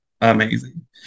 amazing